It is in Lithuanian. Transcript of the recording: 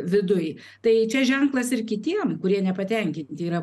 viduj tai čia ženklas ir kitiem kurie nepatenkinti yra